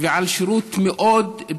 אהלן